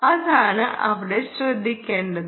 അതാണ് ഇവിടെ ശ്രദ്ധിക്കേണ്ടത്